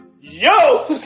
yo